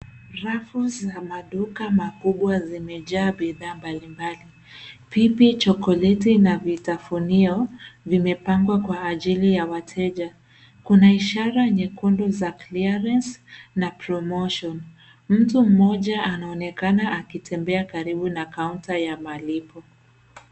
Rafu za maduka makubwa zimejaa bidhaa mbalimbali. Pipi, chokoleti na vitafunio vimepangwa kwa ajili ya wateja. Kuna ishara nyekundu za cs[clearance]cs na cs[promotion]cs. Mtu mmoja anaonekana akitembea karibu na cs[counter]cs ya malipo.